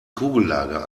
kugellager